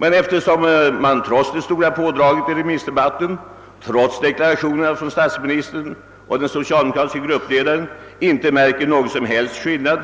Men eftersom det trots det stora pådraget i remissdebatten och trots deklarationerna från statsministern och den socialdemokratiske gruppledaren inte märks någon som helst skillnad